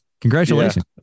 Congratulations